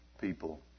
people